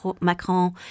macron